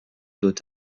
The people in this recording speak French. doit